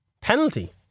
penalty